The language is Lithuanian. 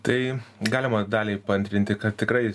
tai galima daliai paantrinti kad tikrai